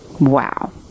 Wow